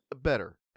better